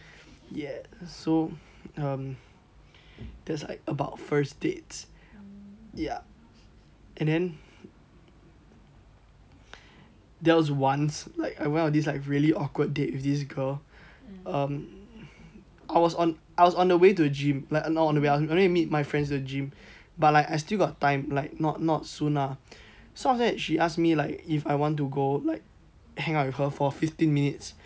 ye so um that's like about first dates ya and then there was once like I went on this like really awkward date with this girl um I was on I was on the way to the gym like not on the way I was only meet my friends to the gym but like I still got time like not not soon lah so after that she ask me that if I want to go like hang out with her for fifteen minutes